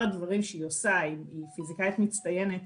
הדברים שהיא עושה והיא פיזיקאית מצטיינת,